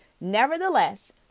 Nevertheless